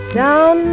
down